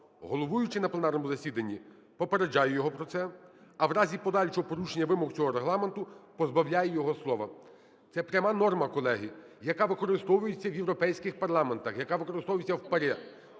головуючий на пленарному засіданні попереджає його про це, а в разі подальшого порушення вимог цього Регламенту позбавляє його слова". Це пряма норма, колеги, яка використовується в європейських парламентах, яка використовується в ПАРЄ,